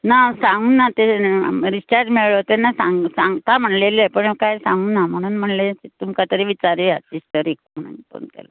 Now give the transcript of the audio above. ना सांगूना तांणे डिर्चाज मेळ्ळो तेन्ना सांग सांगता म्हणिल्लें पूण कांय सांगूना म्हणून म्हणलें तुमकां तरी विचारया सिस्टरीक म्हणून फोन केलो